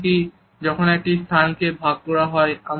এমনকি যখন একটি স্থান কে ভাগ করা হয়